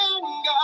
God